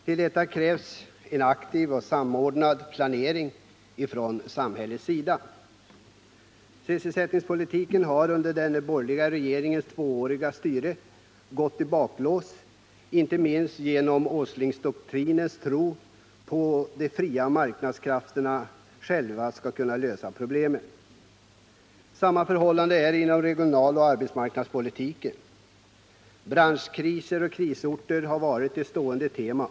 Till detta krävs en aktiv och samordnad planering från samhällets sida. Sysselsättningspolitiken har under den borgerliga regeringens tvååriga styre gått i baklås, inte minst på grund av Åslingdoktrinens tro på att de fria marknadskrafterna själva kan lösa problemen. Samma förhållande är det inom regionaloch arbetsmarknadspolitiken. Branschkriser och krisorter har varit ett stående tema.